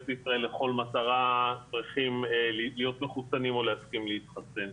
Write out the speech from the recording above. לישראל לכל מטרה צריכים להיות מחוסנים או להסכים להתחסן.